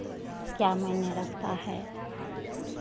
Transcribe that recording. क्या मयने रखता है